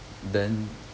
then